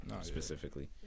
specifically